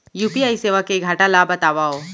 UPI सेवा के घाटा ल बतावव?